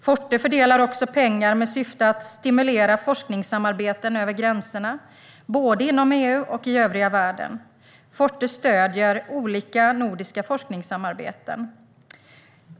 Forte fördelar också pengar med syfte att stimulera forskningssamarbeten över gränserna, både inom EU och i övriga världen. Forte stöder olika nordiska forskningssamarbeten.